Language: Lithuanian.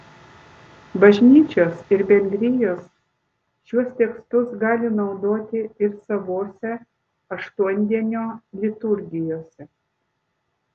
bažnyčios ir bendrijos šiuos tekstus gali naudoti ir savose aštuondienio liturgijose